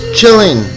chilling